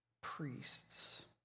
priests